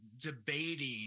debating